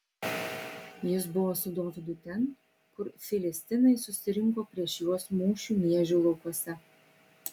jis buvo su dovydu ten kur filistinai susirinko prieš juos mūšiui miežių laukuose